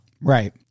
Right